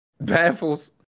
baffles